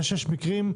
זה שיש מקרים,